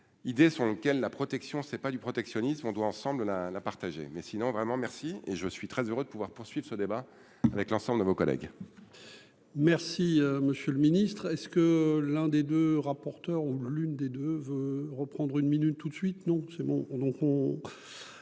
idée sur lequel la protection, c'est pas du protectionnisme, on doit ensemble la la partager, mais sinon vraiment merci et je suis très heureux de pouvoir poursuivre ce débat avec l'ensemble de vos collègues. Merci monsieur le ministre est-ce que l'un des deux rapporteurs ou l'une des deux veut reprendre une minute tout de suite, non seulement